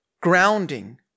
grounding